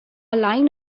line